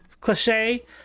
Cliche